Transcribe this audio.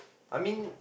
I mean